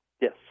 Yes